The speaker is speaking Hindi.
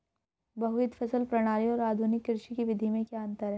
बहुविध फसल प्रणाली और आधुनिक कृषि की विधि में क्या अंतर है?